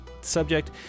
subject